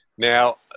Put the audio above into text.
Now